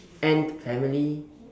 ant family